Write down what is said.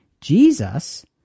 Jesus